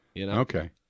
Okay